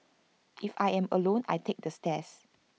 if I am alone I take the stairs